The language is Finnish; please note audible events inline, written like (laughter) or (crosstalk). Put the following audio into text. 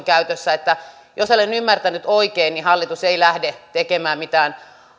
(unintelligible) käytössä jos olen ymmärtänyt oikein niin hallitus ei lähde tekemään mitään